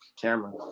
camera